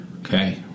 Okay